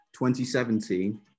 2017